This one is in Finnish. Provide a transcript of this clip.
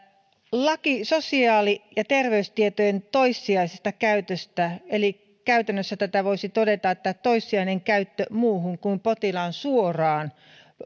laki sosiaali ja terveystietojen toissijaisesta käytöstä eli käytännössä tästä voisi todeta että kyseessä on toissijainen käyttö muuhun kuin potilaan suoraan